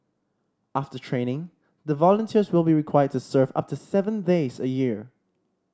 after training the volunteers will be required to serve up to seven days a year